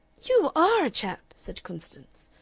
you are a chap! said constance,